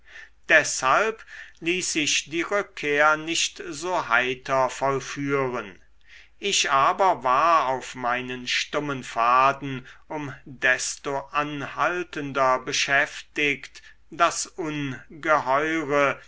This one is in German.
deshalb ließ sich die rückkehr nicht so heiter vollführen ich aber war auf meinen stummen pfaden um desto anhaltender beschäftigt das ungeheure